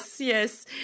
yes